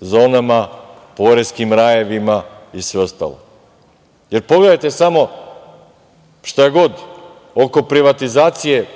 zonama, poreskim rajevima i sve ostalo. Pogledajte samo oko privatizacije